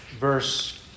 verse